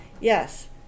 Yes